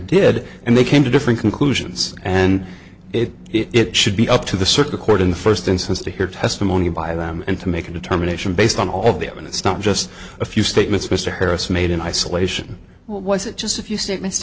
did and they came to different conclusions and it should be up to the circuit court in the first instance to hear testimony by them and to make a determination based on all of the open and stop just a few statements mr harris made in isolation was it just a few statements